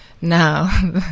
Now